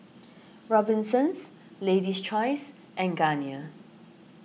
Robinsons Lady's Choice and Garnier